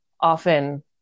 often